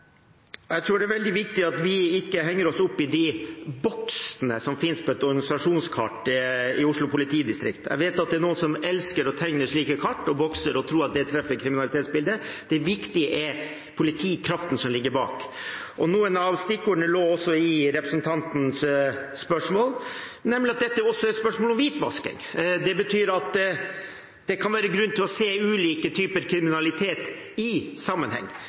Jeg tror det er veldig viktig at vi ikke henger oss opp i boksene som finnes på et organisasjonskart i Oslo politidistrikt. Jeg vet at det er noen som elsker å tegne slike kart og bokser, og som tror at det treffer kriminalitetsbildet. Det viktige er politikraften som ligger bak. Noen av stikkordene lå også i representantens spørsmål, nemlig at dette også er et spørsmål om hvitvasking. Det betyr at det kan være grunn til å se ulike typer kriminalitet i sammenheng.